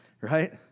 Right